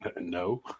No